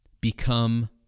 Become